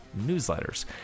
newsletters